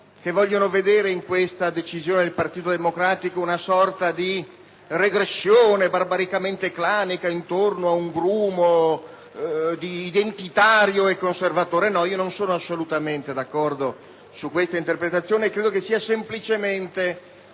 che vogliono vedere in questa decisione del Partito Democratico una sorta di regressione barbaricamente clanica intorno ad un grumo identitario e conservatore; no, non sono assolutamente d'accordo su questa interpretazione: credo sia semplicemente